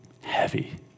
heavy